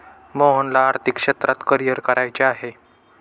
मोहनला आर्थिक क्षेत्रात करिअर करायचे आहे